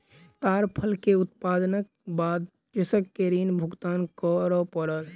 ताड़ फल के उत्पादनक बाद कृषक के ऋण भुगतान कर पड़ल